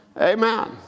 Amen